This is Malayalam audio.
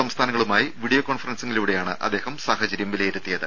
സംസ്ഥാനങ്ങളുമായി വിഡിയോ കോൺഫറൻസിങ്ങിലൂടെയാണ് അദ്ദേഹം സാഹചര്യം വിലയിരുത്തിയത്